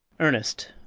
ernest,